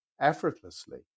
effortlessly